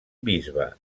bisbe